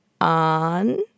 on